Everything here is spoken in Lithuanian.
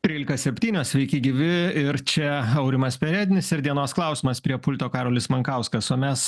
trylika septynios sveiki gyvi ir čia aurimas perednis ir dienos klausimas prie pulto karolis mankauskas o mes